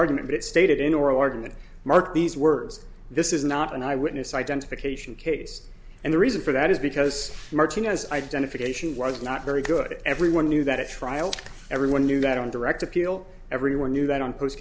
argument it stated in oral argument mark these words this is not an eyewitness identification case and the reason for that is because martinez identification was not very good everyone knew that at trial everyone knew that on direct appeal everyone knew that on post